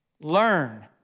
learn